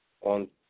on